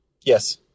Yes